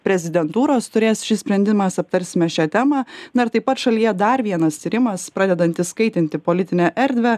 prezidentūros turės šis sprendimas aptarsime šią temą na ir taip pat šalyje dar vienas tyrimas pradedantis kaitinti politinę erdvę